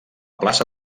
plaça